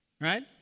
Right